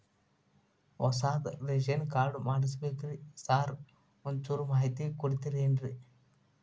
ಹೊಸದ್ ration card ಮಾಡ್ಬೇಕ್ರಿ sir ಒಂಚೂರ್ ಮಾಹಿತಿ ಕೊಡ್ತೇರೆನ್ರಿ?